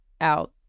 out